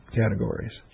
categories